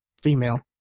female